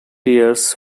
years